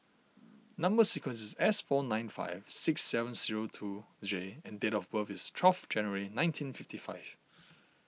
Number Sequence is S four nine five six seven zero two J and date of birth is twelve January nineteen fifty five